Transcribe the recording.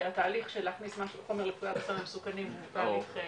התהליך של להכניס חומר לפקודת הסמים המסוכנים הוא תהליך מיידי.